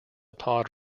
pod